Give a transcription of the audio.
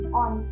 on